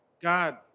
God